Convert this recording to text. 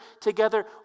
together